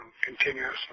continuously